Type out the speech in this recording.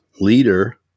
leader